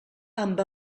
amb